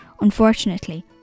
unfortunately